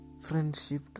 friendship